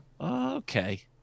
Okay